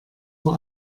vor